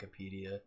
Wikipedia